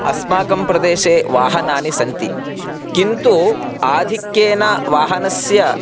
अस्माकं प्रदेशे वाहनानि सन्ति किन्तु आधिक्येन वाहनस्य